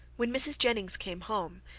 when mrs. jennings came home,